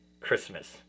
Christmas